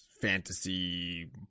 fantasy